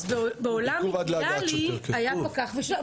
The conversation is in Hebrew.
אז בעולם אידיאלי היה פקח ושוטר,